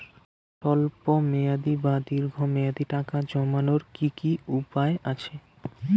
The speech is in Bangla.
স্বল্প মেয়াদি বা দীর্ঘ মেয়াদি টাকা জমানোর কি কি উপায় আছে?